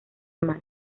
mal